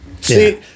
See